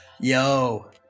Yo